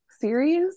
series